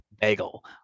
bagel